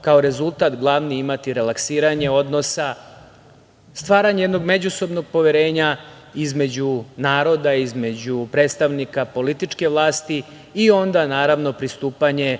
kao rezultat glavni imati relaksiranje odnosa, stvaranje jednog međusobnog poverenja između naroda, između predstavnika političke vlasti i onda pristupanje